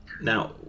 Now